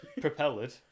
propelled